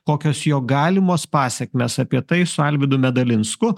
kokios jo galimos pasekmės apie tai su alvydu medalinsku